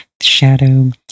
shadow